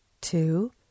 two